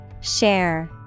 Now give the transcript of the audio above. Share